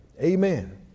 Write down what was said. Amen